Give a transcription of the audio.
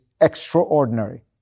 Extraordinary